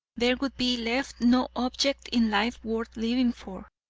there would be left no object in life worth living for.